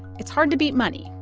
it's hard to beat money